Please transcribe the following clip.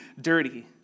dirty